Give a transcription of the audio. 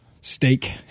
steak